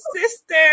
sister